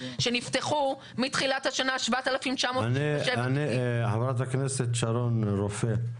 שנפתחו מתחילת השנה --- חברת הכנסת שרון רופא,